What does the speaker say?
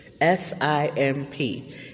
S-I-M-P